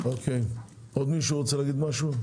עוד מישהו?